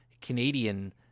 Canadian